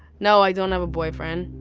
no, i don't have a boyfriend.